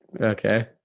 okay